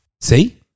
See